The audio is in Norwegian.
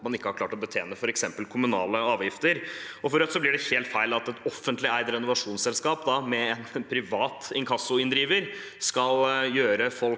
at man ikke har klart å betjene f.eks. kommunale avgifter. For Rødt blir det helt feil at et offentlig eid renovasjonsselskap med en privat inkassoinndriver i verste fall